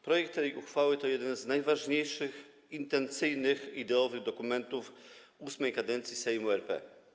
Projekt tej uchwały to jeden z najważniejszych intencyjnych ideowych dokumentów VIII kadencji Sejmu RP.